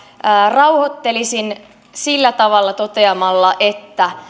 rauhoittelisin sillä tavalla toteamalla että